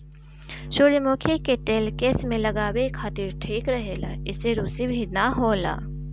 सुजरमुखी के तेल केस में लगावे खातिर ठीक रहेला एसे रुसी भी ना होला